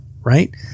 right